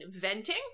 venting